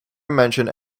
mentioned